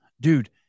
Dude